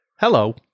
hello